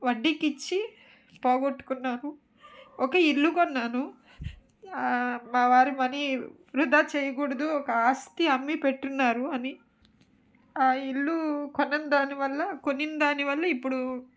వడ్డీకి ఇచ్చి పోగొట్టుకున్నాను ఒక ఇల్లు కొన్నాను మా వారి మనీ వృధా చేయకూడదు ఒక ఆస్తి అమ్మి పెట్టున్నారు అని ఆ ఇల్లు కొన్న దాని వల్ల కొన్న దాని వల్ల ఇప్పుడు